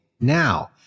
Now